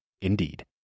Indeed